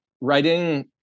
writing